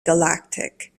galactic